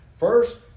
First